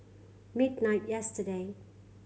midnight yesterday